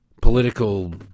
Political